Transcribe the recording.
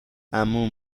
عموم